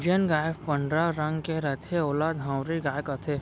जेन गाय पंडरा रंग के रथे ओला धंवरी गाय कथें